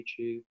youtube